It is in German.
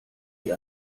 wie